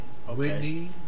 Whitney